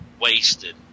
Wasted